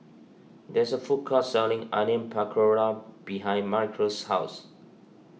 there is a food court selling Onion Pakora behind Michaele's house